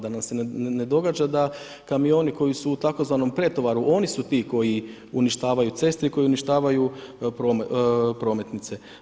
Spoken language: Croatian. Da nam se ne događa, da kamioni, koji su u tzv. pretovaru, oni su ti koji uništavaju ceste i koji uništavaju prometnice.